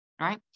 Right